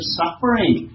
suffering